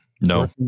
No